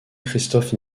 christophe